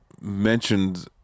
mentioned